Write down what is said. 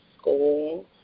school